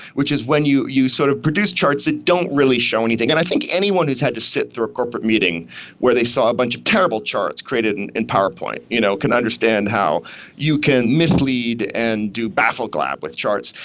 which is when you you sort of produce charts that don't really show anything. and i think anyone who has had to sit through a corporate meeting where they saw a bunch of terrible charts created and in powerpoint you know can understand how you can mislead and do bafflegab with charts.